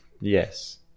Yes